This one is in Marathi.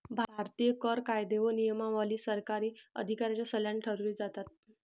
भारतीय कर कायदे व नियमावली सरकारी अधिकाऱ्यांच्या सल्ल्याने ठरवली जातात